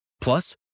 Plus